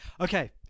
Okay